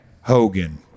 Hogan